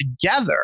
together